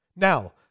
Now